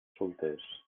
solters